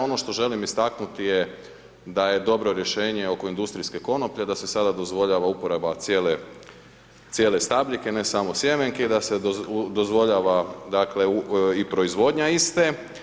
Ono što želim istaknuti je da je dobro rješenje oko industrijske konoplje, da se sada dozvoljava uporaba cijele stabljike, ne samo sjemenki, da se dozvoljava, dakle, i proizvodnja iste.